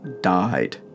died